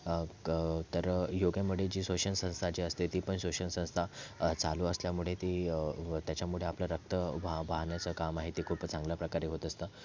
क तर योगामुळे जे श्वसनसंस्था जी असते ती पण श्वसनसंस्था चालू असल्यामुळे ती व त्याच्यामुळे आपले रक्त वाह वाहण्याचं काम आहे ते खूपच चांगल्या प्रकारे होत असतं